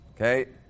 okay